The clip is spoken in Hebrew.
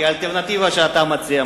כי מהי בעצם האלטרנטיבה שאתה מציע?